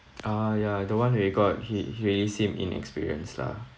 ah ya the one that we got he he really seem inexperienced lah